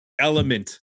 element